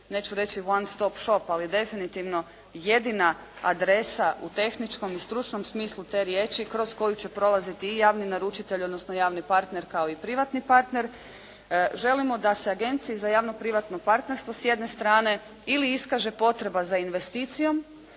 neću reći one stop shop, ali definitivno jedina adresa u tehničkom i stručnom smislu te riječi kroz koju će prolaziti i javni naručitelj, odnosno javni partner kao i privatni partner, želimo da se Agenciji za javno-privatno partnerstvo s jedne strane ili iskaže potreba za investicijom,